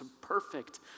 perfect